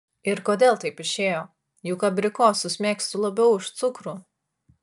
ir kodėl taip išėjo juk abrikosus mėgstu labiau už cukrų